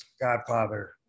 Godfather